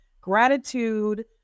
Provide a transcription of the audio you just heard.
gratitude